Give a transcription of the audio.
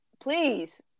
please